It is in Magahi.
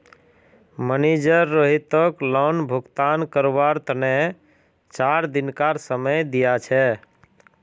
मनिजर रोहितक लोन भुगतान करवार तने चार दिनकार समय दिया छे